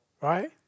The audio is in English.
Right